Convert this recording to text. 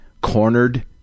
cornered